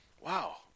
Wow